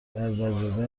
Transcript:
برادرزاده